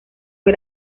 fue